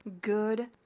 good